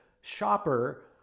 shopper